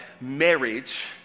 marriage